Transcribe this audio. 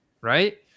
right